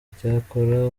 icyakora